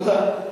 ודאי.